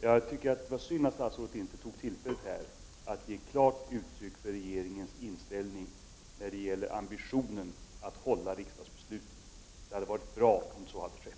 till det. Det var synd att statsrådet inte tog tillfället i akt att klart ge uttryck för regeringens inställning när det gäller ambitionen att hålla riksdagsbeslut. Det hade varit bra om så hade skett.